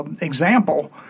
example